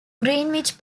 greenwich